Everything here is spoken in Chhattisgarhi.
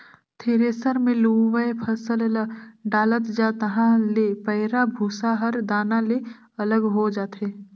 थेरेसर मे लुवय फसल ल डालत जा तहाँ ले पैराःभूसा हर दाना ले अलग हो जाथे